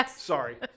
Sorry